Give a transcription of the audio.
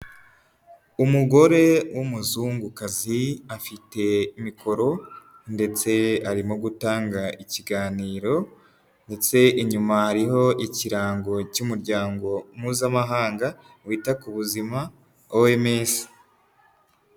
Umugore w'umuzungukazi afite mikoro, ndetse arimo gutanga ikiganiro, ndetse inyuma hariho ikirango cy'umuryango mpuzamahanga wita ku buzima, OMS.